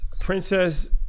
Princess